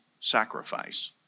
sacrifice